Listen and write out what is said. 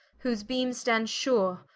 whose beame stands sure,